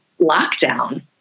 lockdown